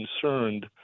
concerned